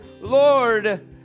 Lord